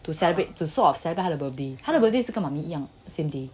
to celebrate to sort of celebrate 他的 birthday 他的 birthday 是跟 mummy 一样 same day